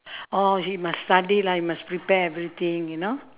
or he must study lah he must prepare everything you know